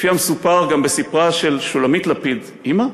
לפי המסופר גם בספרה של שולמית לפיד, אימא?